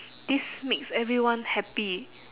this makes everyone happy